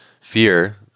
fear